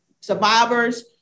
survivors